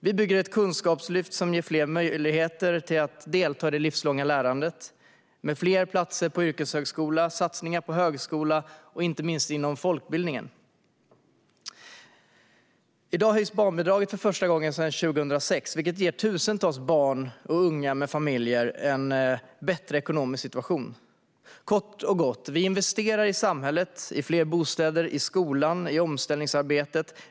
Vi bygger ett kunskapslyft som ger fler möjlighet att delta i det livslånga lärandet med fler platser på yrkeshögskola, satsningar på högskola och inte minst inom folkbildningen. I dag höjs barnbidraget för första gången sedan 2006, vilket ger tusentals barn och unga och deras familjer en bättre ekonomisk situation. Vi investerar kort och gott i samhället, i fler bostäder, i skolan och i omställningsarbetet.